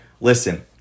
Listen